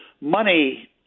money